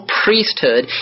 priesthood